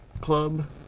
Club